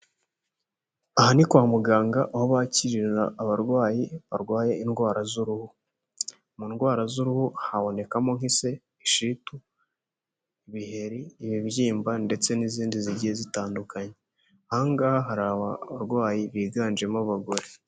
Aha ni kwa muganga aho bakirira abarwayi barwaye indwara z'uruhu, mu ndwara z'uruhu habonekamo nk'ise, ishitu, ibiheri, ibibyimba ndetse n'izindi zigiye zitandukanye. Aha ngaha hari abarwayi biganjemo abagore.